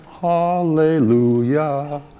hallelujah